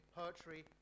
poetry